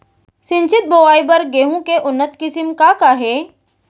सिंचित बोआई बर गेहूँ के उन्नत किसिम का का हे??